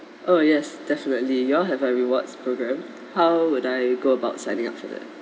oh yes definitely you all have a rewards programme how would I go about signing up for that